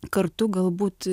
kartu galbūt